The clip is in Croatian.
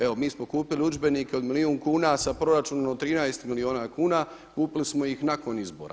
Evo, mi smo kupili udžbenike od milijun kuna sa proračunom od 13 milijuna kuna, kupili smo ih nakon izbora.